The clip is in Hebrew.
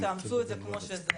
תאמצו את זה כמו שזה.